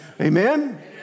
Amen